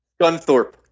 Gunthorpe